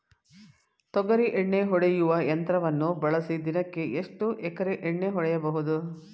ತೊಗರಿ ಎಣ್ಣೆ ಹೊಡೆಯುವ ಯಂತ್ರವನ್ನು ಬಳಸಿ ದಿನಕ್ಕೆ ಎಷ್ಟು ಎಕರೆ ಎಣ್ಣೆ ಹೊಡೆಯಬಹುದು?